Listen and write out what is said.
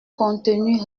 contenue